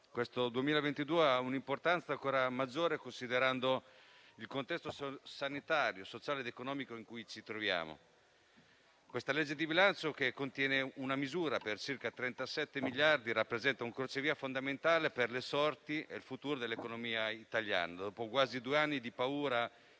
per il 2022 ha un'importanza ancora maggiore, considerando il contesto sanitario, sociale ed economico in cui ci troviamo. La legge di bilancio in esame, che contiene misure per circa 37 miliardi, rappresenta un crocevia fondamentale per le sorti e il futuro dell'economia italiana, dopo quasi due anni di paura